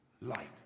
light